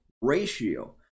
ratio